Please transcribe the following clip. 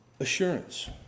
assurance